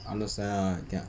understand ah ya